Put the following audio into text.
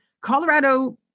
Colorado